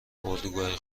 اردوگاه